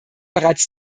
bereits